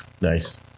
Nice